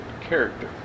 character